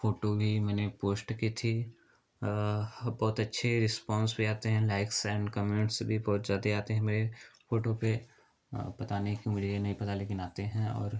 photo भी मैंने post की थी बहुत अच्छे रिस्पॉन्स भी आते हैं लाइक्स ऐन कमेंट्स भी बहुत ज़्यादा आते हैं मेरे फ़ोटो पर पता नहीं क्यों मुझे यह नहीं पता लेकिन आते हैं और